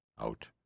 Out